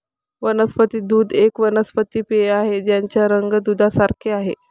वनस्पती दूध एक वनस्पती पेय आहे ज्याचा रंग दुधासारखे आहे